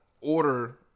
order